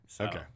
Okay